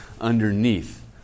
underneath